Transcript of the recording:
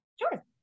Sure